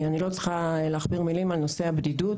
אני לא צריכה להכביר במילים על נושא הבדידות,